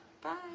Bye